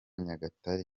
nyagatare